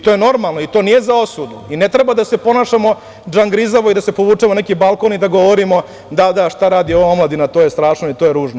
To je normalno i to nije za osudu i ne treba da se ponašamo džangrizavo i da se povučemo na neki balkon i da govorimo – šta radi ova omladina, to je strašno i to je ružno.